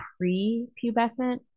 pre-pubescent